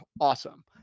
awesome